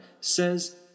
says